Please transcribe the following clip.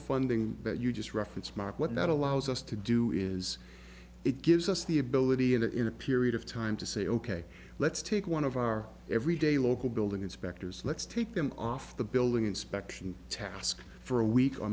funding that you just reference mark what that allows us to do is it gives us the ability in it in a period of time to say ok let's take one of our everyday local building inspectors let's take them off the building inspection task for a week or